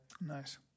Nice